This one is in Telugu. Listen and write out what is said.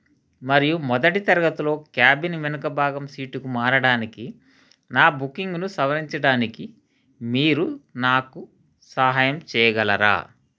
మరియు మొదటి తరగతిలో క్యాబిన్ వెనుక భాగం సీటుకు మారడానికి నా బుకింగ్ను సవరించడానికి మీరు నాకు సహాయం చేయగలరా